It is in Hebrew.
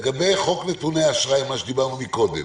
לגבי חוק נתוני אשראי, מה שדיברנו קודם.